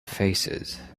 faces